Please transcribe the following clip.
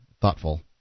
thoughtful